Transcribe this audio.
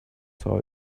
saw